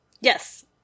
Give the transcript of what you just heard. yes